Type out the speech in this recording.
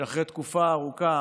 שאחרי תקופה ארוכה